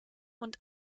und